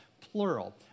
plural